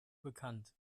bekannt